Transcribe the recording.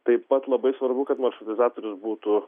taip pat labai svarbu kad maršrutizatorius būtų